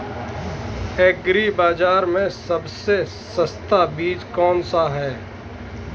Agree बाज़ार में सबसे सस्ता बीज कौनसा है?